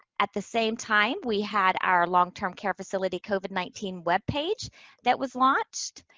at the same time, we had our long-term care facility covid nineteen webpage that was launched,